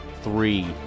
Three